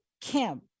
Kim